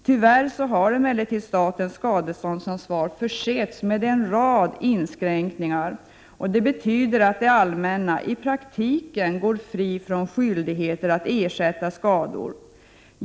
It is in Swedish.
Tyvärr har statens skadeståndsansvar emellertid försetts med en rad inskränkningar, och det betyder att det allmänna i praktiken går fritt från skyldigheter att ersätta skador.